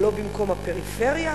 אבל לא במקום הפריפריה,